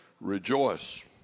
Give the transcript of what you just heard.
rejoice